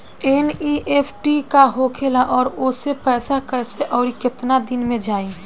NEFT का होखेला और ओसे पैसा कैसे आउर केतना दिन मे जायी?